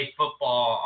football